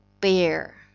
bear